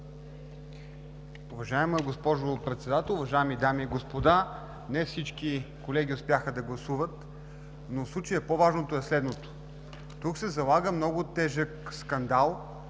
Уважаема госпожо Председател, уважаеми дами и господа! Не всички колеги успяха да гласуват, но в случая по-важно е следното. Тук се залага много тежък скандал,